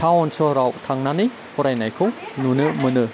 town सहराव थांनानै फरायनायखौ नुनो मोनो